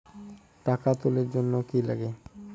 টাকা তুলির জন্যে কি লাগে?